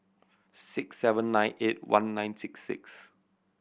six seven nine eight one nine six six